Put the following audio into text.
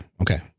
okay